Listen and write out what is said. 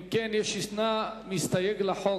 אם כן, יש מסתייג להצעת החוק.